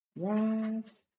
Rise